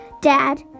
Dad